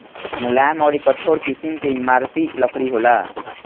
मुलायम अउर कठोर दू किसिम के इमारती लकड़ी होला